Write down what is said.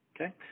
okay